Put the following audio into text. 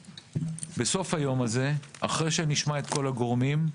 בסוף היום הזה, אחרי שנשמע את כל הגורמים,